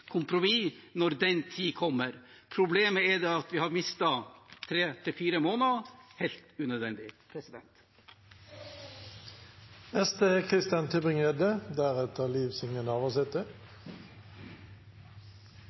kompromiss når den tid kommer. Problemet er at vi har mistet tre–fire måneder helt unødvendig.